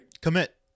Commit